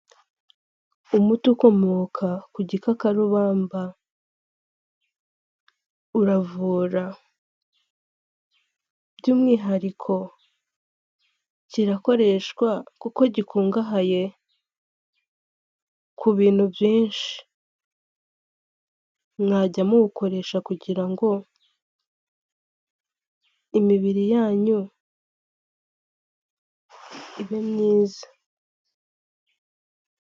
Umuti ukomoka ku gikakarubamba uravura by'umwihariko kirakoreshwa kuko gikungahaye ku bintu byinshi, mwajya muwukoresha kugira ngo imibiri yanyu ibe myiza.